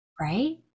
Right